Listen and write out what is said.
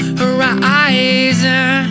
horizon